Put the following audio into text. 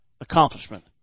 accomplishment